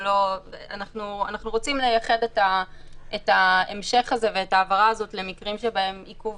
אנחנו רוצים לייחד את ההמשך הזה ואת ההבהרה הזו למקרים שבהם עיכוב